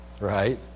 right